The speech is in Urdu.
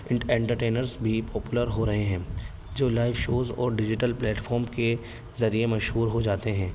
ان انٹرٹینرس بھی پاپولر ہو رہے ہیں جو لائیو شوز اور ڈیجیٹل پلیٹفارم کے ذریعے مشہور ہو جاتے ہیں